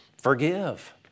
Forgive